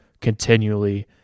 continually